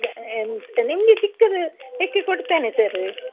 ಎಂತ ನಿಮಗೆ ಚಿಕ್ಕದು ಹೆಕ್ಕಿ ಕೊಡ್ತೇನೆ ಸರ